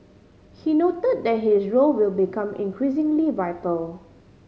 he noted that his role will become increasingly vital